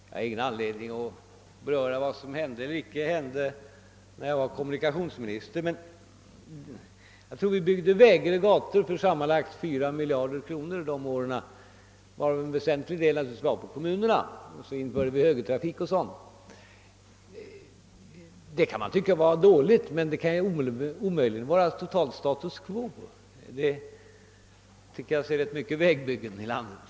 Jag har ingen anledning att beröra vad som hände eller vad som icke hände när jag var kommunikationsminister, men jag tror att vi byggde vägar och gator för sammanlagt 4 miljarder kronor under de åren, varav en väsentlig del naturligtvis belöpte sig på kommunerna. Vidare införde vi högertrafik. Man kan visserligen tycka att detta var ett dåligt resultat, men det kan väl ändå omöjligen vara ett totalt status quo! Jag tycker för övrigt att vi har genomfört rätt mycket vägbyggande i landet.